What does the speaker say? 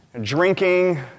drinking